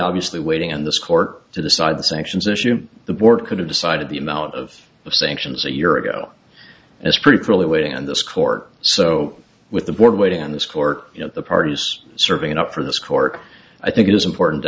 obviously waiting on this court to decide the sanctions issue the board could have decided the amount of sanctions a year ago and it's pretty clearly waiting and this court so with the board weighed in on this court you know the parties serving up for this court i think it is important